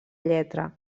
lletra